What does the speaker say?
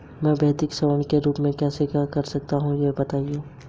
मैं भौतिक स्वर्ण के बजाय राष्ट्रिक स्वर्ण बॉन्ड क्यों खरीदूं और इसके क्या फायदे हैं?